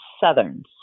Southerns